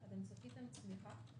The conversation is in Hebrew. אתם צפיתם צמיחה בתחום